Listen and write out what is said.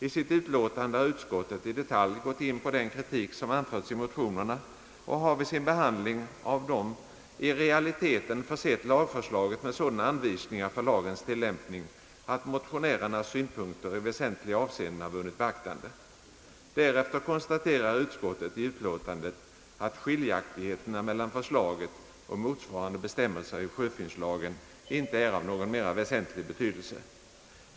I sitt utlåtande har utskottet i detalj gått in på den kritik som anförts i motionerna och har vid sin behandling av dem i realiteten försett lagförslaget med sådana anvisningar för lagens tillämpning, att motionärernas synpunkter i väsentliga avseenden har vunnit beaktande. Därefter konstaterar utskottet i utlåtandet, att skiljaktigheterna mellan förslaget och motsvarande bestämmelser i sjöfyndslagen inte är av någon mera väsentlig betydelse.